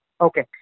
Okay